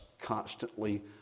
constantly